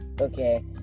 okay